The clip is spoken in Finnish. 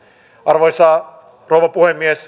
arvoisa rouva puhemies